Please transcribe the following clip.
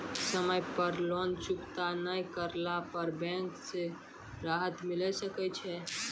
समय पर लोन चुकता नैय करला पर बैंक से राहत मिले सकय छै?